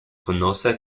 conoce